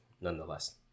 nonetheless